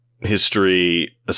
history